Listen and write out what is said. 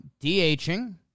DHing